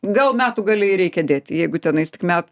gal metų gale ir reikia dėti jeigu tenais tik met